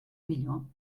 millor